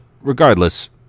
regardless